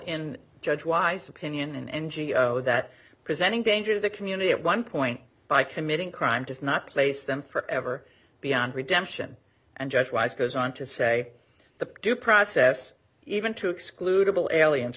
in judge wise opinion n g o that presenting danger to the community at one point by committing crime does not place them forever beyond redemption and judge wise goes on to say the due process even to excludable aliens